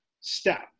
step